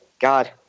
God